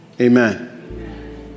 Amen